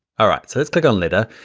ah right, so let's click on letter.